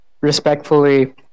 Respectfully